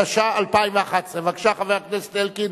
התשע"א 2011. חבר הכנסת אלקין,